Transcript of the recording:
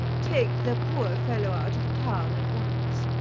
take the poor fellow out of town at once,